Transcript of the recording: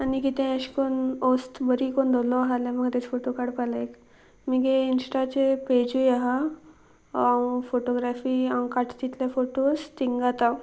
आनी कितें अशें करून वस्त बरी करून दवरलो आसल्यार म्हाका तेश फोटो काडपा लायक मगे इंस्टाचेर पेजूय आहा हांव फोटोग्राफी हांव काडट तितले फोटोज थिंग घालता